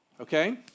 Okay